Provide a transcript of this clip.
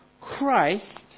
Christ